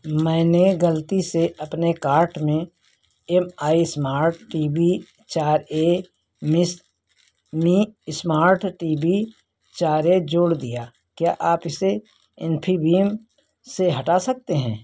मैंने गलती से अपने कार्ट में M I smart T V चार ए मिस में M I smart T V चार ए जोड़ दिया क्या आप इसे इन्फीबीम से हटा सकते हैं